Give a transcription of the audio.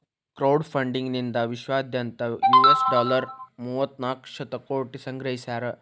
crowd funding ನಿಂದಾ ವಿಶ್ವದಾದ್ಯಂತ್ US dollar ಮೂವತ್ತನಾಕ ಶತಕೋಟಿ ಸಂಗ್ರಹಿಸ್ಯಾರ